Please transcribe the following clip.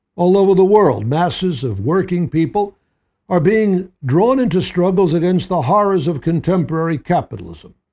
all over the world masses of working people are being drawn into struggles against the horrors of contemporary capitalism